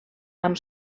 amb